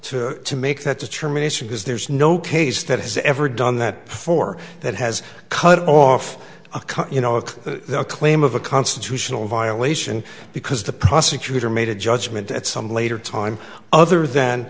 to to make that determination because there's no case that has ever done that before that has cut off a cut you know of the claim of a constitutional violation because the prosecutor made a judgment at some later time other than